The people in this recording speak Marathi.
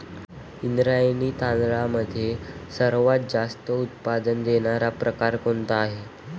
इंद्रायणी तांदळामधील सर्वात जास्त उत्पादन देणारा प्रकार कोणता आहे?